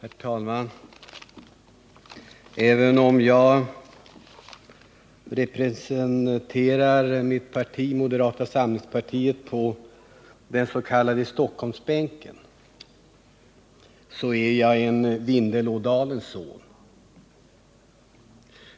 Herr talman! Även om jag representerar mitt parti — moderata samlingspartiet — på den s.k. Stockholmsbänken, så är jag en Vindelådalens son.